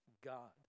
God